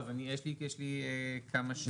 יש לי כמה שאלות.